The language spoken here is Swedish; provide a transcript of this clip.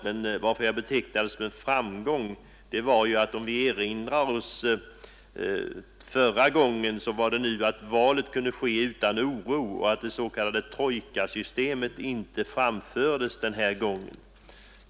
Anledningen till att jag betecknar det som en framgång är — om vi erinrar oss förhållandena förra gången — att valet nu kunde ske utan oro och att det s.k. trojkasystemet inte framfördes denna gång.